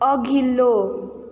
अघिल्लो